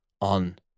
on